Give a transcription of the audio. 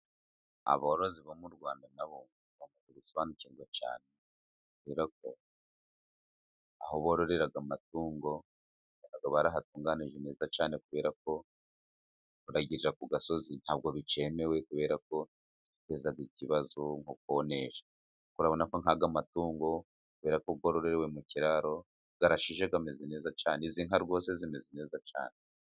Aborozi bo mu Rwanda na bo bamaze gusobanukirwa cyane kubera ko aho bororera amatungo barahatunganije neza cyane kubera ko kuragirira ku gasozi nta bwo bikemewe kubera ko biteza ikibazo mu konesha, urarabona ko nk'aya matungo kubera yororewe mu kiraro, arashishe ameze neza cyane, izi nka rwose zimeze neza cyane.